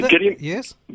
yes